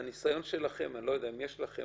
בניסיון שלכם אני לא יודע אם יש לכם,